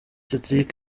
cedric